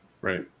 Right